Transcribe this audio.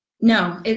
no